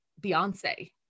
Beyonce